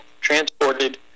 transported